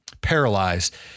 paralyzed